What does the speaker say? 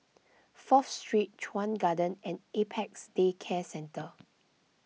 Fourth Street Chuan Garden and Apex Day Care Centre